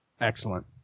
Excellent